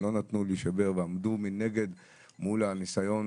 שלא נתנו להישבר ועמדו מנגד מול הניסיון